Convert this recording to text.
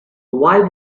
why